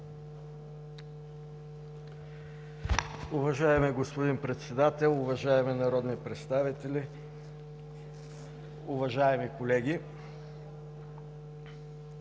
Уважаеми господин Председател, уважаеми народни представители, уважаеми колеги!